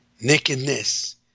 nakedness